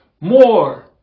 more